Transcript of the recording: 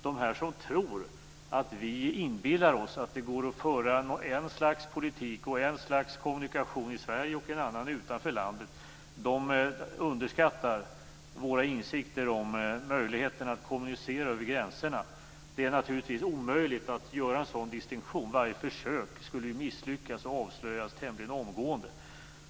De som tror att vi i regeringen inbillar oss att det går att föra ett slags politik och ett slags kommunikation i Sverige och en annan utanför landet underskattar våra insikter om möjligheterna att kommunicera över gränserna. Det är naturligtvis omöjligt att göra en sådan distinktion. Varje försök skulle ju misslyckas och avslöjas tämligen omgående.